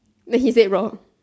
then he said roar